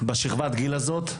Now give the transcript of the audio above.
בשכבת גיל הזאת,